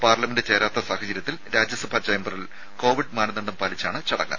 parliament ചേരാത്ത സാഹചര്യത്തിൽ രാജ്യസഭാ ചേംബറിൽ കോവിഡ് മാനദണ്ഡം പാലിച്ചാണ് ചടങ്ങ്